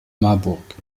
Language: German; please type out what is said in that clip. marburg